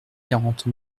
quarante